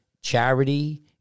charity